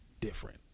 different